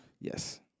Yes